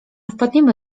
wpadniemy